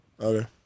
okay